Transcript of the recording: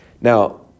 Now